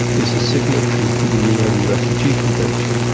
is a signatory to the un refugee convention.